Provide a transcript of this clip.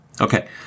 Okay